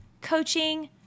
coaching